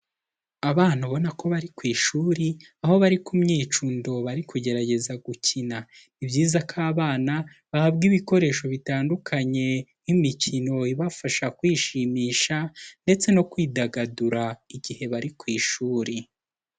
Abana ubona ko bari ku ishuri aho bari ku myicundo bari kugerageza gukina, ni byiza ko abana bahabwa ibikoresho bitandukanye nk'imikino ibafasha kwishimisha ndetse no kwidagadura igihe bari ku ishuri.